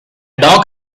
dock